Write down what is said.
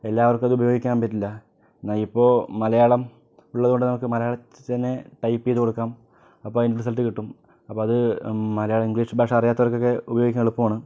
എല്ലാവർക്കുമത് ഉപയോഗിക്കാൻ പറ്റില്ല എന്നാൽ ഇപ്പോൾ മലയാളം ഉള്ളത് കൊണ്ട് നമുക്ക് മലയാളത്തിൽ തന്നെ ടൈപ്പ് ചെയ്ത് കൊടുക്കാം അപ്പോൾ അതിന് റിസൾട്ട് കിട്ടും അപ്പ അത് മലയാളം ഇംഗ്ലീഷ് ഭാഷ അറിയാത്തവർക്കൊക്കെ ഉപയോഗിക്കാൻ എളുപ്പമാണ്